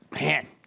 Man